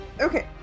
Okay